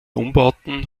umbauten